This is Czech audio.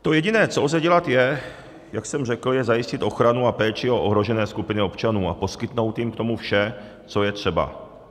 To jediné, co lze dělat, je, jak jsem řekl, zajistit ochranu a péči o ohrožené skupiny občanů a poskytnout jim k tomu vše, co je třeba.